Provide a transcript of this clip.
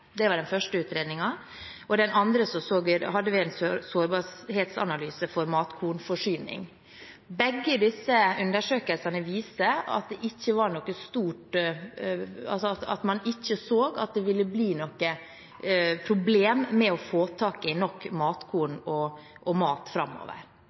det var den første utredningen, og i den andre hadde vi en sårbarhetsanalyse for matkornforsyning. Begge disse undersøkelsene viste at man ikke så at det ville bli noe problem å få tak i nok matkorn og mat framover.